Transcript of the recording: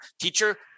Teacher